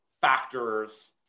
factors